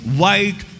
white